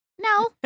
no